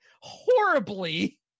Horribly